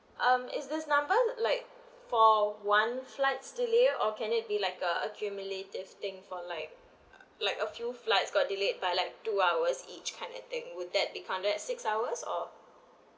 um is this number like for one flights delay or can it be like uh accumulative thing for like like a few flights got delayed by like two hours each kind of thing would that be counted as six hours or